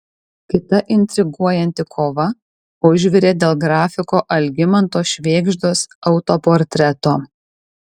kita intriguojanti kova užvirė dėl grafiko algimanto švėgždos autoportreto